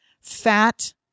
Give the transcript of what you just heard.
Fat